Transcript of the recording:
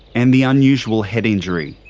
and the unusual head injury.